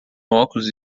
óculos